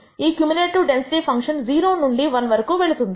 ఈ cumulative density function 0 నుండి 1 వరకు వెళుతుంది